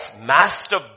master